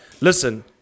Listen